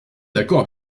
d’accord